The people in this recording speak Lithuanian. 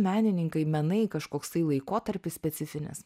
menininkai menai kažkoksai laikotarpis specifinis